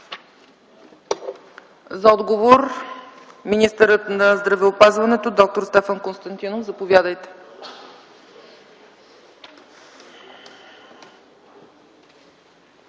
За отговор – министърът на здравеопазването д-р Стефан Константинов.Заповядайте.